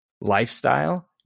lifestyle